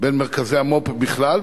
בין מרכזי המו"פ בכלל,